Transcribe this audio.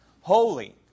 Holy